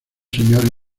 señores